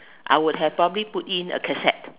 I would have properly put in a casette